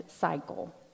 cycle